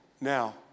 Now